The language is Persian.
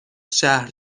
شهر